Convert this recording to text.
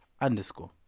underscore